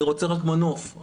אני רוצה רק מנוף.